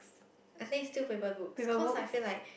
I think still paper books cause I feel like